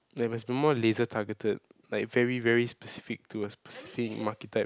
there must be more laser targeted like very very specific to a specific market type